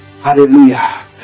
Hallelujah